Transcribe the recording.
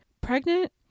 pregnant